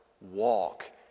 walk